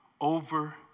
over